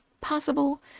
possible